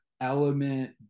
element